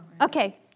Okay